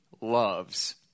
loves